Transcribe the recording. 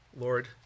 Lord